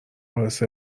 باعث